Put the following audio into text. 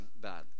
bad